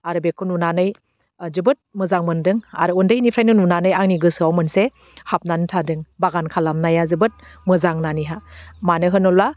आरो बेखौ नुनानै जोबोद मोजां मोन्दों आरो उन्दैनिफ्रायनो नुनानै आंनि गोसोआव मोनसे हाबनानै थादों बागान खालामनाया जोबोद मोजां होननानैहा मानो होनोब्ला